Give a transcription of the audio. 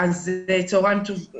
צהריים טובים